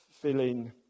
feeling